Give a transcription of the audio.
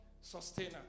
sustainer